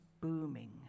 booming